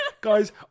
Guys